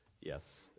Yes